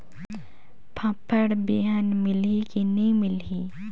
फाफण बिहान मिलही की नी मिलही?